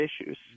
issues